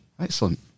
Excellent